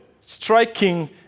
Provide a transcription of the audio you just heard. striking